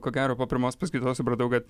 ko gero po pirmos paskaitos supratau kad